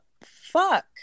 fuck